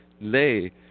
lay